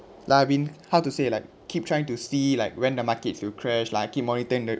I've been how to say like keep trying to see like when the markets will crash like keep monitoring the